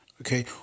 Okay